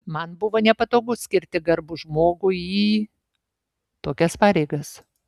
man buvo nepatogu skirti garbų žmogų į tokias pareigas